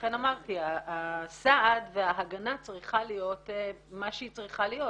לכן אמרתי הסעד וההגנה צריכים להיות מה שהם צריכים להיות,